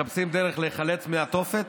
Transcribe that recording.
מחפשים דרך להיחלץ מהתופת.